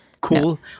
cool